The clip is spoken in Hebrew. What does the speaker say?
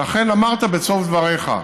ואכן, אמרת בסוף דבריך: